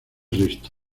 resto